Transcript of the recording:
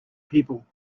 people